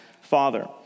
father